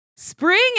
Spring